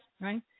right